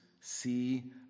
See